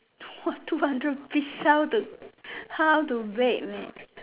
!wah! two hundred piece how to how to bake man